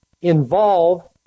involve